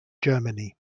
germany